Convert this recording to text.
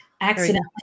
Accidentally